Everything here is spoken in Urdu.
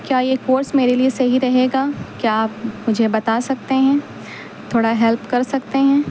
کیا یہ کورس میرے لیے صحیح رہے گا کیا آپ مجھے بتا سکتے ہیں تھوڑا ہیلپ کر سکتے ہیں